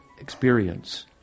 experience